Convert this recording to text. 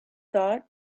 thought